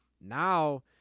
Now